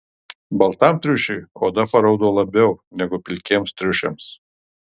baltam triušiui oda paraudo labiau negu pilkiems triušiams